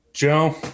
Joe